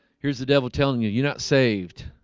here's the devil telling you you're not saved